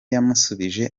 yamusubije